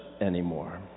anymore